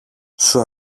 σου